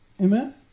Amen